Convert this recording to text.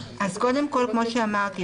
אז קודם כל כמו שאמרתי,